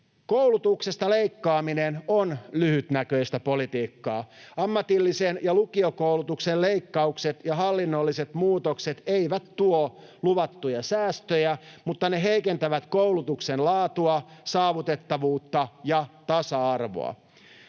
Koulutuksesta leikkaaminen on lyhytnäköistä politiikkaa. Ammatillisen ja lukiokoulutuksen leikkaukset ja hallinnolliset muutokset eivät tuo luvattuja säästöjä, mutta ne heikentävät koulutuksen laatua, saavutettavuutta ja tasa-arvoa.